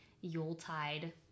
Yuletide